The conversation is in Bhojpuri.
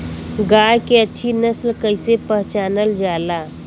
गाय के अच्छी नस्ल कइसे पहचानल जाला?